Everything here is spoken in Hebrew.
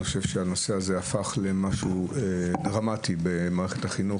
הוא הפך למשהו דרמטי במערכת החינוך,